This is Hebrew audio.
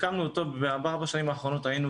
הקמנו אותו ובארבע השנים האחרונות היינו